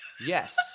Yes